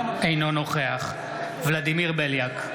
אינו נוכח ולדימיר בליאק,